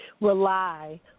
rely